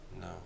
No